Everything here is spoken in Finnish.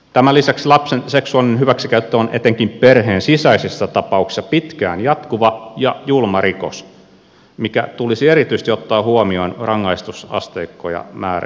tämän lisäksi lapsen seksuaalinen hyväksikäyttö on etenkin perheen sisäisessä tapauksessa pitkään jatkuva ja julma rikos mikä tulisi erityisesti ottaa huomioon rangaistusasteikkoja määritettäessä